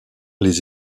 les